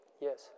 yes